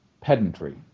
pedantry